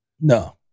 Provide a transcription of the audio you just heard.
No